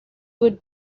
would